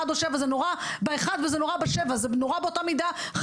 זה נורא באחד וזה נורא באותה מידה בשבע,